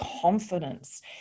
confidence